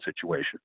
situation